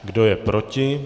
Kdo je proti?